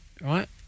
right